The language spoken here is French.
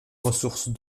ressource